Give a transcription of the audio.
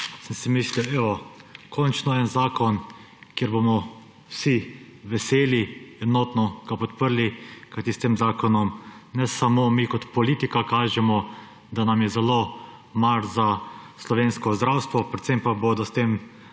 sem si mislil, evo, končno en zakon, kjer bomo vsi veseli, ga enotno podprli, kajti s tem zakonom ne samo mi kot politika kažemo, da nam je zelo mar za slovensko zdravstvo, predvsem bodo s tem